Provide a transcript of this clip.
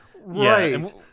right